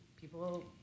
people